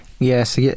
Yes